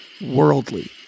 worldly